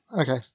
Okay